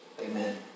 amen